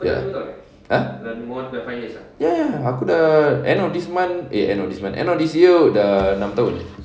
ya !huh! ya ya aku dah end of this month eh end of this month eh end of this year dah enam tahun